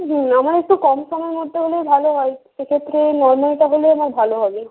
হুম আমার একটু কম সমের মধ্যে হলেই ভালো হয় সেক্ষেত্রে নর্মালটা হলে আমার ভালো হবে